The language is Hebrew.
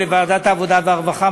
ולוועדת העבודה והרווחה,